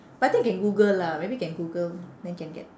but I think can google lah maybe can google then can get